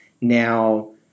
Now